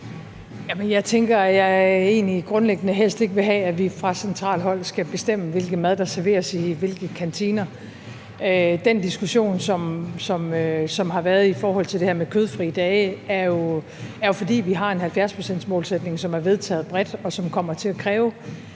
egentlig, at jeg grundlæggende helst ikke vil have, at vi fra centralt hold skal bestemme, hvilken mad der serveres i hvilke kantiner. Den diskussion, der har været i forhold til det her med kødfrie dage, skyldes jo, at vi har en 70-procentsmålsætning, som er vedtaget bredt, og som kommer til at kræve